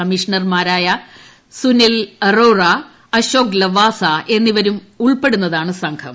കമ്മീഷണർമാരായ സുനിൽ അറോറ അശോക് ലാവാസാ എന്നിവരും ഉൾപ്പെടുന്നതാണ് സംഘം